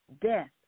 death